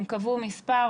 הם קבעו מספר,